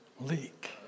leak